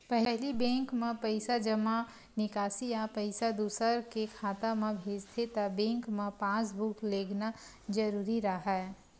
पहिली बेंक म पइसा जमा, निकासी या पइसा दूसर के खाता म भेजथे त बेंक म पासबूक लेगना जरूरी राहय